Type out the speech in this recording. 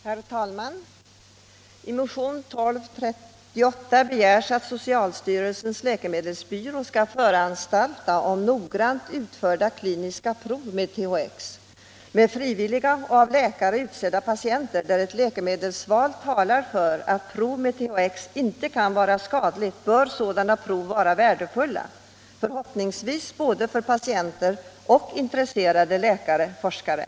Herr talman! I motionen 1238 begärs att socialstyrelsens läkemedelsbyrå skall föranstalta om noggrant utförda kliniska prov med THX. Med frivilliga och av läkare utsedda patienter, där ett läkemedelsval talar för Nr 36 att prov med THX inte kan vara skadligt, bör sådana prov vara värdefulla, Onsdagen den förhoppningsvis för både patienter och intresserade läkare-forskare.